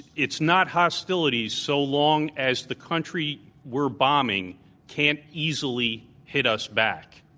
it's not hostility so long as the country we're bomb ing can't easily hit us back.